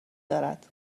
دارد